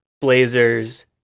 blazers